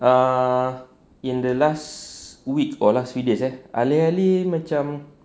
uh in the last week or last few days alih-alih macam